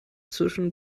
zwischen